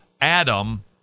Adam